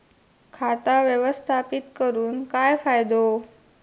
खाता व्यवस्थापित करून काय फायदो?